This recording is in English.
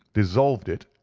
dissolved it,